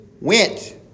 went